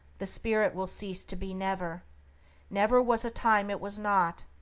the spirit will cease to be never never was time it was not,